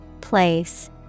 Place